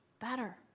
better